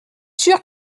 sûre